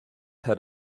had